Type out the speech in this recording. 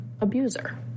abuser